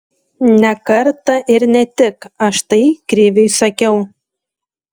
ne kartą ir ne tik aš tai kriviui sakiau